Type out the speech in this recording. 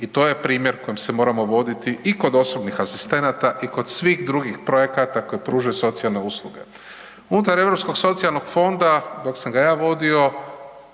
i to je primjer kojim se moramo voditi i kod osobnih asistenata i kod svih drugih projekata koji pružaju socijalne usluge. Unutar Europskog socijalnog fonda dok sam ga ja vodio